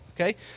okay